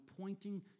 pointing